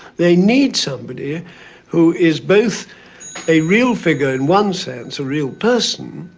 they need somebody who is both a real figure in one sense, a real person,